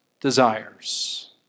desires